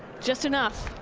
just enough.